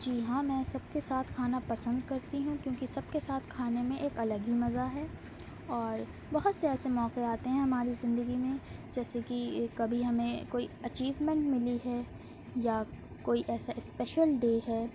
جی ہاں میں سب کے ساتھ کھانا پسند کرتی ہوں کیونکہ سب کے ساتھ کھانے میں ایک الگ ہی مزہ ہے اور بہت سے ایسے موقعے آتے ہیں ہماری زندگی میں جیسے کہ کبھی ہمیں کوئی اچیومنٹ ملی ہے یا کوئی ایسا اسپیشل ڈے ہے